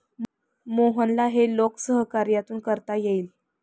मोहनला हे लोकसहकार्यातून करता येईल